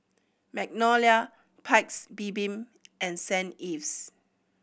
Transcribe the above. Magnolia Paik's Bibim and Saint Ives